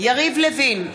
יריב לוין,